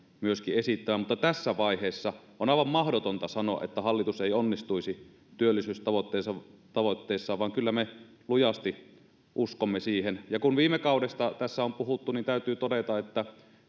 myöskin esittämään mutta tässä vaiheessa on aivan mahdotonta sanoa että hallitus ei onnistuisi työllisyystavoitteessaan vaan kyllä me lujasti uskomme siihen ja kun viime kaudesta tässä on puhuttu niin täytyy todeta että